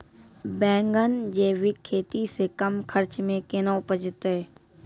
बैंगन जैविक खेती से कम खर्च मे कैना उपजते?